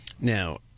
now